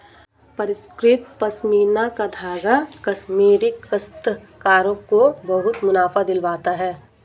परिष्कृत पशमीना का धागा कश्मीरी काश्तकारों को बहुत मुनाफा दिलवाता है